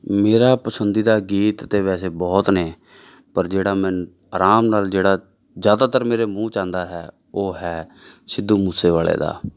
ਮੇਰਾ ਪਸੰਦੀਦਾ ਗੀਤ ਤਾਂ ਵੈਸੇ ਬਹੁਤ ਨੇ ਪਰ ਜਿਹੜਾ ਮੈਨੂੰ ਆਰਾਮ ਨਾਲ ਜਿਹੜਾ ਜ਼ਿਆਦਾਤਰ ਮੇਰੇ ਮੂੰਹ 'ਚ ਆਉਂਦਾ ਹੈ ਉਹ ਹੈ ਸਿੱਧੂ ਮੂਸੇਵਾਲੇ ਦਾ